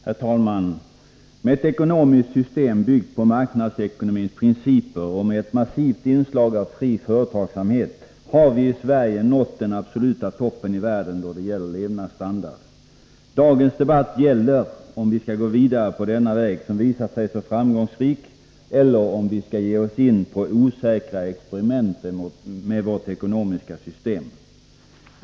Herr talman! Med ett ekonomiskt system byggt på marknadsekonomins principer och med ett massivt inslag av fri företagsamhet har vi i Sverige nått den absoluta toppen i världen då det gäller levnadsstandard. Dagens debatt gäller om vi skall gå vidare på denna väg, som visat sig så framgångsrik, eller om vi skall ge oss in på osäkra experiment med vårt ekonomiska system.